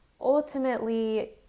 ultimately